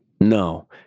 No